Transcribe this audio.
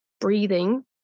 breathing